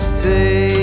say